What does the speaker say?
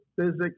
physics